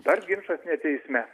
dar ginčas ne teisme